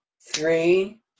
three